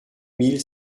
mille